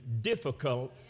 difficult